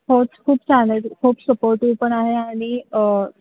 हो खूप छान आहे खूप सपोर्टिव पण आहे आणि